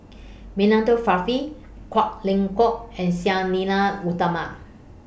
Milenko Prvacki Kwek Leng Joo and Sang Nila Utama